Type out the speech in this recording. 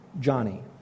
Johnny